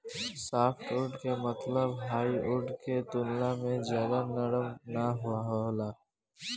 softwood के मतलब hardwood के तुलना में ज्यादा नरम ना होला